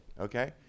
okay